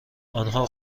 آنها